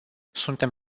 suntem